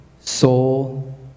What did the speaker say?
soul